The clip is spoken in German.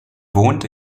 wohnt